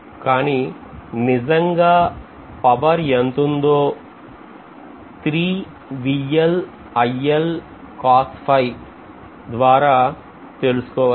కానీ నిజంగా పవర్ ఎంతుందో ద్వారా తెలుసుకోవచ్చు